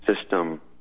system